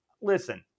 listen